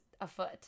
afoot